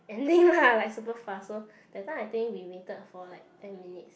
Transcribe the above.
ending lah like super fast loh that time I think we waited for like ten minutes